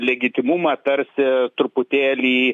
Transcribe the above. legitimumą tarsi truputėlį